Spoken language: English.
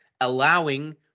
allowing